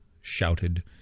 shouted